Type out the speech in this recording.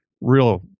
real